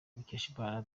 mukeshimana